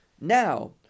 now